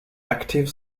active